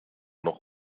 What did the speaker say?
noch